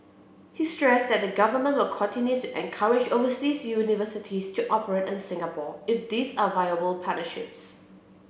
he stressed that the government will continue to encourage overseas universities to operate in Singapore if these are viable partnerships